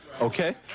okay